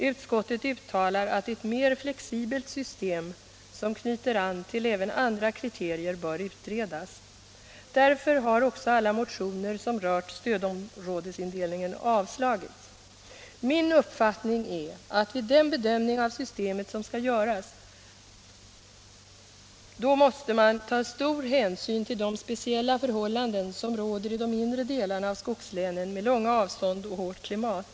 Utskottet uttalar att ett mer flexibelt system som knyter an även till andra kriterier bör utredas. Därför har också alla motioner som rör stödområdesindelningen avstyrkts. Min uppfattning är att vid den bedömning av systemet som skall göras måste man ta stor hänsyn till de speciella förhållanden som råder i de inre delarna av skogslänen med långa avstånd och hårt klimat.